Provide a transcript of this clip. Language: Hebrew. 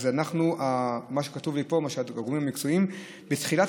אז מה שכתבו לי פה הגורמים המקצועיים: בתחילת